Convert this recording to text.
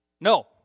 No